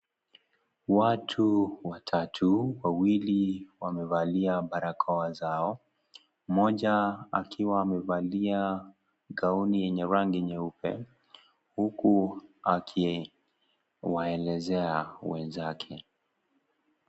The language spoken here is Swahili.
Watu watatu, wawili wamevalia barakoa zao, mmoja akiwa amevalia gauni yenye rangi nyeupe, huku akiwaelezea wenzake.